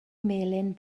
melyn